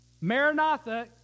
Maranatha